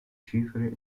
cifre